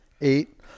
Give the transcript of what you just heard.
eight